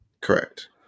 Correct